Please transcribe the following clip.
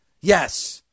Yes